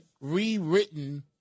rewritten